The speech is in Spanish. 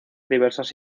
diversas